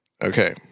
Okay